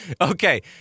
Okay